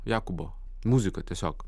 jakubo muzika tiesiog